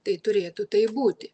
tai turėtų taip būti